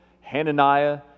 Hananiah